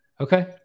okay